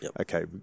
Okay